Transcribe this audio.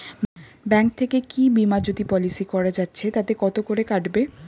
Bank থেকে কী বিমাজোতি পলিসি করা যাচ্ছে তাতে কত করে কাটবে?